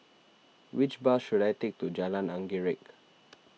which bus should I take to Jalan Anggerek